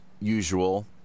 usual